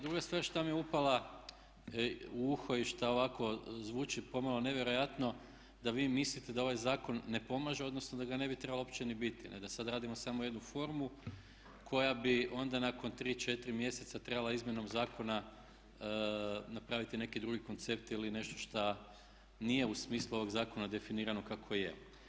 Drugo stvar što mi je upalo u uho i što ovako znači pomalo nevjerojatno da vi mislite da ovaj zakon ne pomaže odnosno da ga ne bi trebalo uopće ni biti, da sad radimo samo jednu formu koja bi onda nakon 3, 4 mjeseca trebala izmjenom zakona napraviti neki drugi koncept ili nešto što nije u smislu ovog zakona definirano kako je.